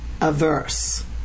averse